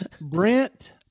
Brent